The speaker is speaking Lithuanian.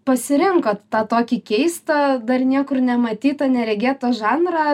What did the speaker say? pasirinkot tą tokį keistą dar niekur nematytą neregėtą žanrą